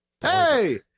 Hey